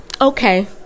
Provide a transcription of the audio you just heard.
okay